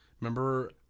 Remember